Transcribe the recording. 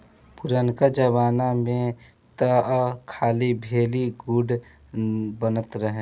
पुरनका जमाना में तअ खाली भेली, गुड़ बनत रहे